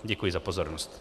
Děkuji za pozornost.